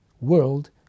world